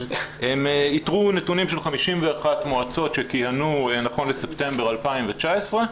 הם איתרו נתונים של 51 מועצות שכיהנו נכון לספטמבר 2019,